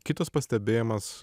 kitas pastebėjimas